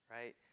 right